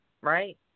Right